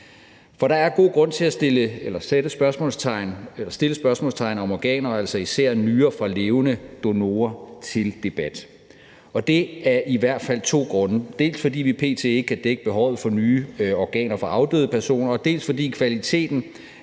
For der er god grund til at sætte spørgsmålet om organer og altså især nyrer fra levende donorer til debat, og det er der i hvert fald to grunde til: dels fordi vi p.t. ikke kan dække behovet for nye organer fra afdøde personer, dels fordi kvaliteten